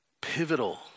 pivotal